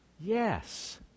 yes